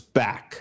back